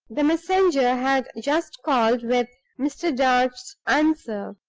the messenger had just called with mr. darch's answer.